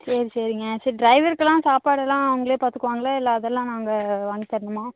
சரி சரிங்க சரி டிரைவருக்கெல்லாம் சாப்பாடெல்லாம் அவங்களே பார்த்துக்குவாங்களா இல்லை அதெல்லாம் நாங்கள் வாங்கி தரணுமா